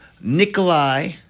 Nikolai